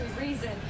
reason